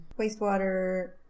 wastewater